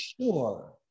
sure